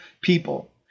people